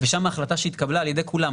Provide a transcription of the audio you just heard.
ושם ההחלטה שהתקבלה על ידי כולם,